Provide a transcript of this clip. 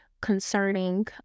concerning